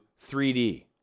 3D